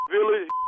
Village